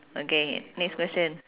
okay next question